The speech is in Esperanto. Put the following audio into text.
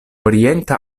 orienta